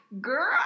Girl